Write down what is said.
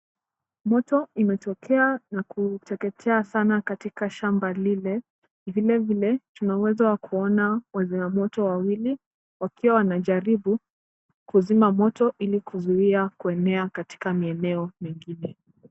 Moto imetokea na kuteketea sana katika shamba lile. vile vile tunauwezo wakuona wazima moto wawili wakiwa wanajaribu. kuzina moto ili kuzuia kuenea katika maeneo mengine.